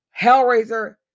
Hellraiser